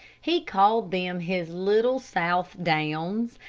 he called them his little southdowns,